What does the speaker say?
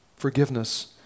Forgiveness